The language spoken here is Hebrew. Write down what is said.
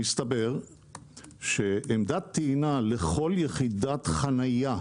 מסתבר שעמדת טעינה לכל יחידת חניה,